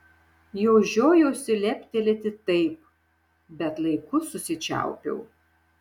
jau žiojausi leptelėti taip bet laiku susičiaupiau